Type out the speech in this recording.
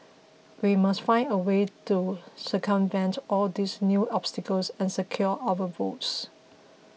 we must find a way to circumvent all these new obstacles and secure our votes